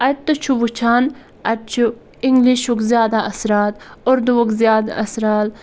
اَتہِ تہٕ چھُ وٕچھان اَتہِ چھُ اِنٛگلِشُک زیادہ اَثرات اردُوُک زیادٕ اَثرال